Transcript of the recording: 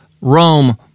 Rome